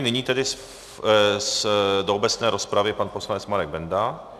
Nyní tedy do obecné rozpravy pan poslanec Marek Benda...